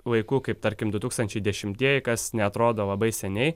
laikų kaip tarkim du tūkstančiai dešimtieji kas neatrodo labai seniai